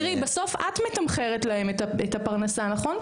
תראי, בסוף את מתמחרת להם את הפרנסה, נכון?